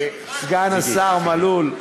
סגן השר מזוז,